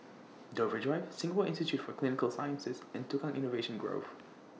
Dover Drive Singapore Institute For Clinical Sciences and Tukang Innovation Grove